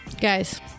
Guys